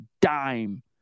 dime